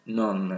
non